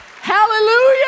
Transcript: Hallelujah